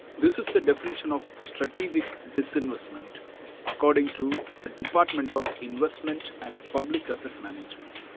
this is the definition of strategic disinvestment according to the department of investment and public asset management